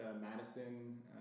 Madison